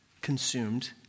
consumed